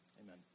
Amen